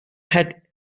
had